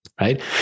right